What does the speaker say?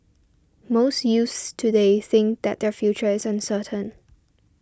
most youths today think that their future is uncertain